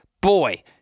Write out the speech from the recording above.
Boy